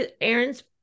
Aaron's